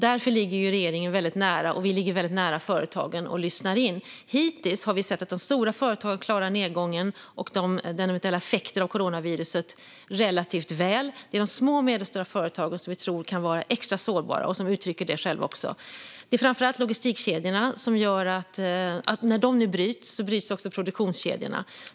Därför ligger regeringen väldigt nära företagen för att lyssna in. Hittills har vi sett att de stora företagen klarar nedgången och eventuella effekter av coronaviruset relativt väl. Det är de små och medelstora företagen som vi tror kan vara extra sårbara. De uttrycker också själva detta. Det handlar framför allt om logistikkedjorna. När de nu bryts så bryts även produktionskedjorna.